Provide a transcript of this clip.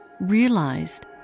realized